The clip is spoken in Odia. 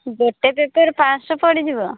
ଗୋଟେ ପେପର୍ ପାଞ୍ଚଶହ ପଡ଼ିଯିବ